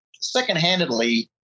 second-handedly